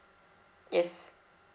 yes